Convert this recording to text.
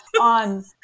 on